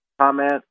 comment